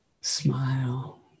smile